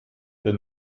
der